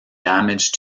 damage